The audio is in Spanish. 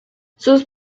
sus